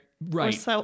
right